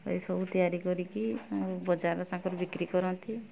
ଏଇସବୁ ତିଆରି କରିକି ଆଉ ବଜାରରେ ତାଙ୍କର ବିକ୍ରୀ କରନ୍ତି